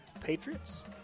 Patriots